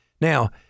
Now